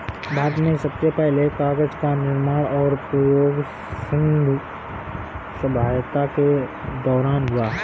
भारत में सबसे पहले कागज़ का निर्माण और प्रयोग सिन्धु सभ्यता के दौरान हुआ